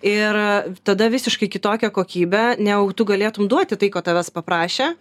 ir tada visiškai kitokia kokybė negu tu galėtum duoti tai ko tavęs paprašė